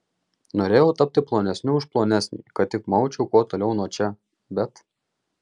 norėjau tapti plonesniu už plonesnį kad tik maučiau kuo toliau nuo čia bet